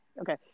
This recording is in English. Okay